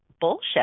bullshit